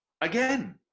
again